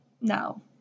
no